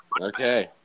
Okay